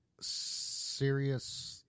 serious